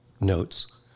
notes